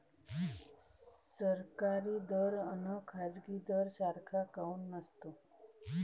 सरकारी दर अन खाजगी दर सारखा काऊन नसतो?